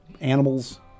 animals